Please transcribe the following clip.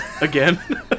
Again